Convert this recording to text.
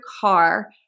car